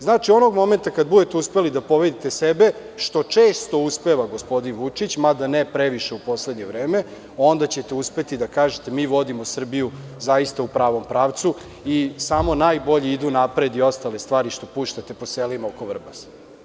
Znači, onog momenta kada budete uspeli da pobedite sebe, što često uspeva gospodin Vučić, mada ne previše u poslednje vreme, onda ćete uspeti da kažete – mi vodimo Srbiju zaista u pravom pravcu i samo najbolji idu napred i ostale stvari što puštate po selima oko Vrbasa.